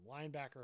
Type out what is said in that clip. linebacker